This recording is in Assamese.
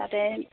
তাতে